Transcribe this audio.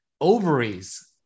ovaries